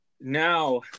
Now